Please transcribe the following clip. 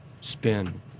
spin